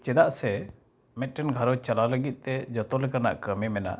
ᱪᱮᱫᱟᱜ ᱥᱮ ᱢᱤᱫᱴᱮᱱ ᱜᱷᱟᱨᱚᱸᱡᱽ ᱪᱟᱞᱟᱣ ᱞᱟᱹᱜᱤᱫᱛᱮ ᱡᱚᱛᱚ ᱞᱮᱠᱟᱱᱟᱜ ᱠᱟᱹᱢᱤ ᱢᱮᱱᱟᱜ